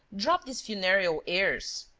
drop these funereal airs!